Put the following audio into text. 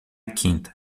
quinta